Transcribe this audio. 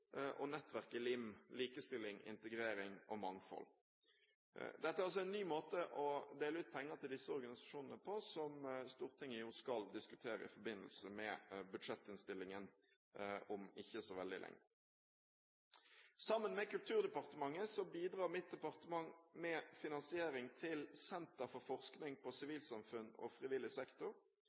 og nettverket LIM – Likestilling, integrering og mangfold. Dette er altså en ny måte å dele ut penger til disse organisasjonene på, som Stortinget jo skal diskutere i forbindelse med budsjettinnstillingen om ikke så veldig lenge. Sammen med Kulturdepartementet bidrar mitt departement med finansiering til Senter for forskning på sivilsamfunn og frivillig sektor.